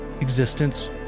existence